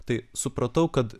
tai supratau kad